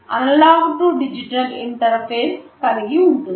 analogue to digital interface కలిగి ఉంటుంది